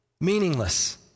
Meaningless